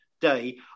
day